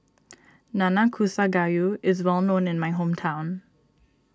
Nanakusa Gayu is well known in my hometown